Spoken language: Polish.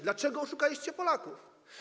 Dlaczego oszukaliście Polaków?